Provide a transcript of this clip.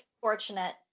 fortunate